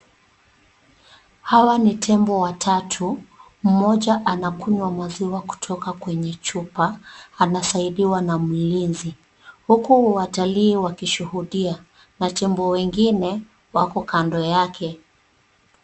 Hawa ni tembo watatu, mmoja anakunywa maziwa kutoka kwenye chupa, anasaidiwa na mlinzi, huku watalii wakishuhudia, na tembo wengine, wako kando yake.